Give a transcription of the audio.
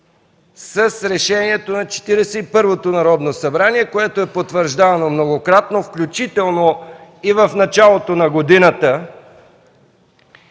Четиридесет и първото Народно събрание, което е потвърждавано многократно, включително и в началото на годината.